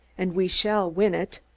and we shall win it,